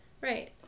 Right